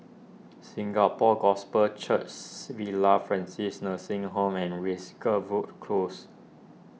Singapore Gospel Church Villa Francis Nursing Home and Close